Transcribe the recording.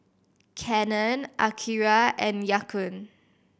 Canon Akira and Ya Kun